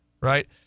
right